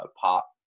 pop